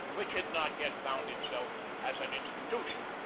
which had not yet found itself as an institution.